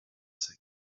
sec